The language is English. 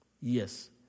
Yes